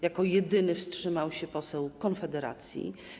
Jako jedyny wstrzymał się poseł Konfederacji.